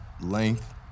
length